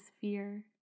fear